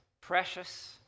precious